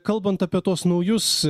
kalbant apie tuos naujus